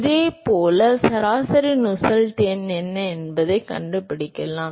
இதேபோல் சராசரி நுசெல்ட் எண் என்ன என்பதை நீங்கள் கண்டுபிடிக்கலாம்